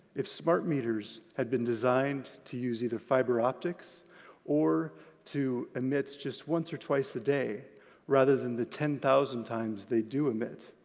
if smart meters had been designed to use either fiber optics or to emit just once or twice a day rather than the ten thousand times they do emit,